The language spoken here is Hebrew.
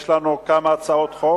יש לנו כמה הצעות חוק.